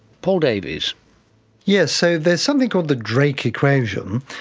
paul davies yes, so there's something called the drake equation,